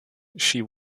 she